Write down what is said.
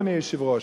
אדוני היושב-ראש,